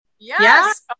Yes